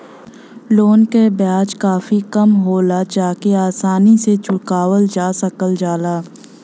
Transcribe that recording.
loan क ब्याज काफी कम होला जेके आसानी से चुकावल जा सकल जाला